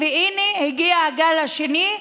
והינה הגיע הגל השני,